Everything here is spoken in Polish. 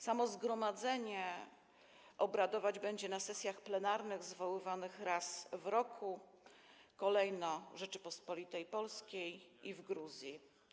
Samo zgromadzenie obradować będzie na sesjach plenarnych zwoływanych raz w roku, kolejno w Rzeczypospolitej Polskiej i w Gruzji.